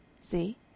See